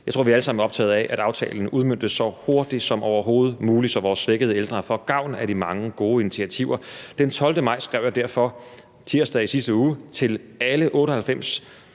Jeg tror, vi alle sammen er optaget af, at aftalen udmøntes så hurtigt som overhovedet muligt, så vores svækkede ældre får gavn af de mange gode initiativer. Den 12. maj, tirsdag i sidste uge, skrev